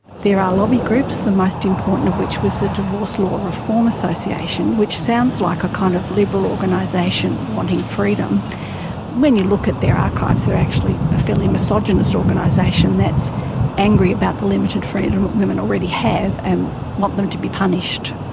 there are lobby groups, the most important of which was the divorce law reform association, which sounds like a kind of liberal organisation wanting freedom when you look at their archives, they're actually a fairly misogynist organisation that's angry about the limited freedom that women already have and want them to be punished.